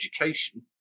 education